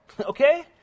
okay